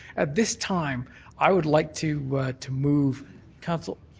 at this time i would like to to move council.